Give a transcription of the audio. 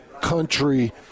Country